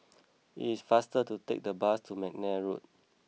it is faster to take the bus to McNair Road